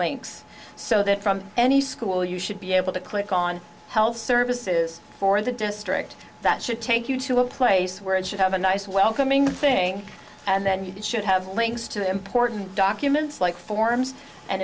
links so that from any school you should be able to click on health services for the district that should take you to a place where it should have a nice welcoming thing and then you should have links to important documents like forms and